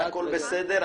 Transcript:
הכול בסדר.